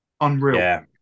unreal